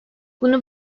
bunu